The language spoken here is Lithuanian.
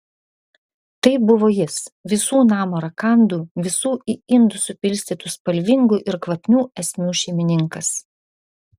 tai buvo jis visų namo rakandų visų į indus supilstytų spalvingų ir kvapnių esmių šeimininkas